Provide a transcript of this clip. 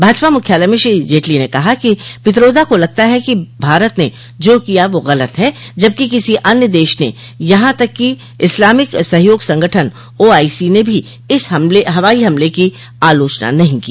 भाजपा मुख्यालय में श्रो जेटली ने कहा कि पित्रोदा को लगता है कि भारत ने जो किया वो गलत है जबकि किसी अन्य देश ने और यहां तक कि इस्लामिक सहयोग संगठन ओआईसी ने भी इन हवाई हमले की आलोचना नहीं की